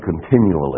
continually